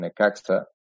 Necaxa